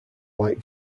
like